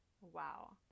Wow